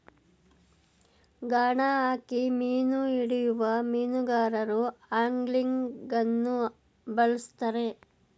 ಗಾಣ ಹಾಕಿ ಮೀನು ಹಿಡಿಯುವ ಮೀನುಗಾರರು ಆಂಗ್ಲಿಂಗನ್ನು ಬಳ್ಸತ್ತರೆ